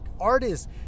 artists